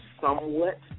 somewhat